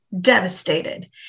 devastated